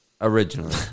Originally